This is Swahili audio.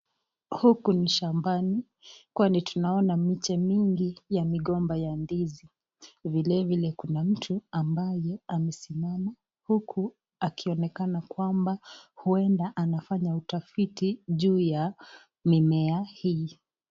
Huku ni shambani kwani tunaona miche mingi ya migomba ya ndizi. Vile vile kuna mtu ambaye amesimama huku akionekana kwamba huenda anafanya utafiti juu ya mimea hii.